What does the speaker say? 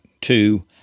two